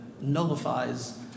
nullifies